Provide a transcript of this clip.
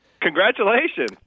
Congratulations